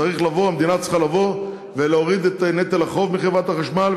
המדינה צריכה לבוא ולהוריד את נטל החוב מחברת החשמל,